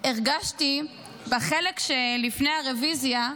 הרגשתי, בחלק שלפני הרוויזיה,